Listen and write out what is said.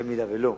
אם לא,